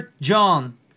John